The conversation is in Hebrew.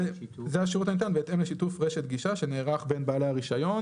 זה השירות הניתן בהתאם לשיתוף רשת גישה שנערך בין בעלי הרישיון.